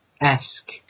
esque